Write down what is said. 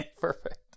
Perfect